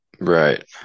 Right